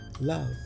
love